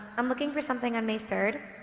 i'm looking for something on may third.